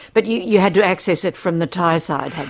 but you you had to access it from the thai side, had